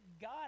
God